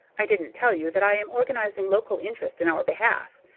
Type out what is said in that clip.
i didn't tell you that i am organizing local interest in our behalf.